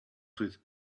with